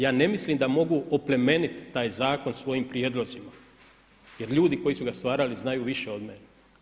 Ja ne mislim da mogu opleminit taj zakon svojim prijedlozima, jer ljudi koji su ga stvarali znaju više od mene.